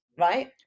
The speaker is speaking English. right